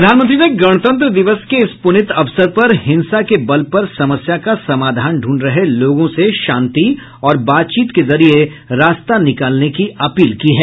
प्रधानमंत्री ने गणतंत्र दिवस के इस पुनीत अवसर पर हिंसा के बल पर समस्या का समाधान ढूंढ रहे लोगों से शांति और बातचीत के जरिए रास्ता निकालने की अपील की है